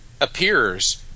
appears